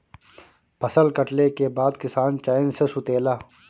फसल कटले के बाद किसान चैन से सुतेला